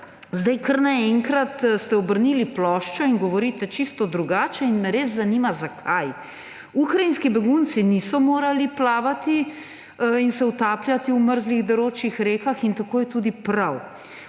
zdaj kar naenkrat obrnili ploščo in govorite čisto drugače in me res zanima, zakaj. Ukrajinski begunci niso morali plavati in se utapljati v mrzlih deročih rekah in tako je tudi prav.